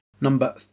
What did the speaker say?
number